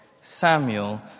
Samuel